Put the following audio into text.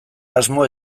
asmo